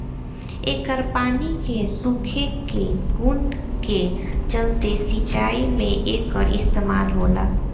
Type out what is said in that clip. एकर पानी के सोखे के गुण के चलते सिंचाई में एकर इस्तमाल होला